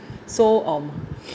so um